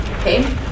okay